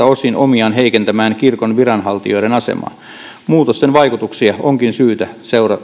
osin omiaan heikentämään kirkon viranhaltijoiden asemaa muutosten vaikutuksia onkin syytä